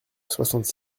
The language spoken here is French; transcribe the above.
soixante